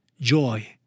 joy